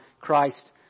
Christ